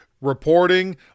reporting